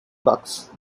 bucks